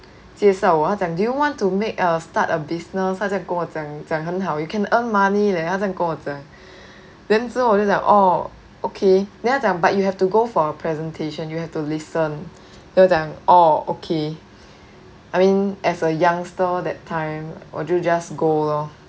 介绍我他讲 do you want to make a start a business 他在跟我讲讲很好 you can earn money leh 他这样跟我讲 then so 我就讲 oh okay then 他讲 but you have to go for a presentation you have to listen then 我讲 orh okay I mean as a youngster that time 我就 just go lor